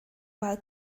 while